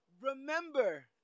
Remember